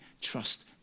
trust